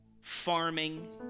farming